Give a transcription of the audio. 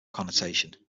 connotation